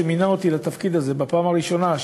כשמינה אותי לתפקיד הזה בפעם הראשונה,